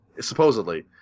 supposedly